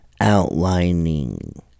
Outlining